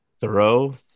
Thoreau